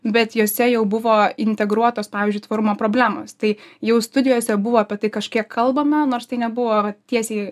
bet jose jau buvo integruotos pavyzdžiui tvarumo problemos tai jau studijose buvo apie tai kažkiek kalbama nors tai nebuvo tiesiai